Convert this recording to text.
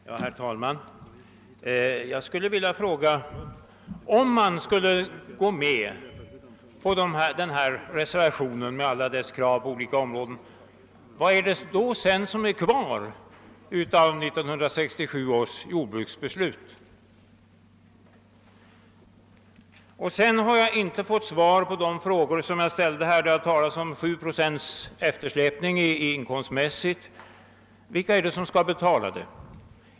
Herr talman! Jag skulle vilja fråga vad som är kvar av 1967 års jordbruksbeslut, om man skulle gå med på denna reservation med alla dess krav på olika områden. Jag har inte fått svar på de frågor som jag ställde, då det talats om 7 procents eftersläpning inkomstmässigt: Vilka är det som skall betala det?